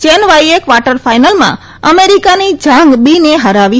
chain વાઈએ quarter ફાઈનલમાં અમેરિકાની ઝાંગ બીને હરાવી હતી